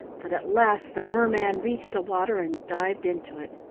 but at last the merman reached the water and dived into it.